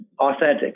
authentic